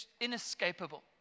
inescapable